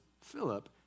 Philip